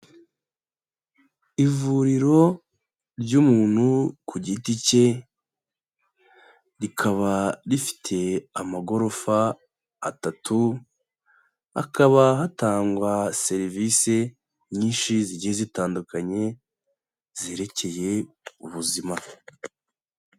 Ivuriro ry'umuntu ku giti cye, rikaba rifite amagorofa atatu, hakaba hatangwa serivise nyinshi zigiye zitandukanye, zerekeye ubuzima.